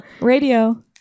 Radio